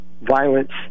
violence